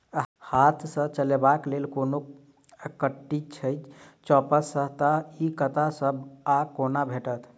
हाथ सऽ चलेबाक लेल कोनों कल्टी छै, जौंपच हाँ तऽ, इ कतह सऽ आ कोना भेटत?